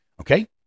Okay